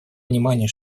внимание